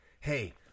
hey